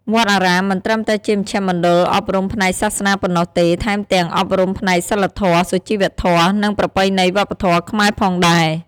វត្តអារាមមិនត្រឹមតែជាមជ្ឈមណ្ឌលអប់រំផ្នែកសាសនាប៉ុណ្ណោះទេ ថែមទាំងអប់រំផ្នែកសីលធម៌ សុជីវធម៌ និងប្រពៃណីវប្បធម៌ខ្មែរផងដែរ។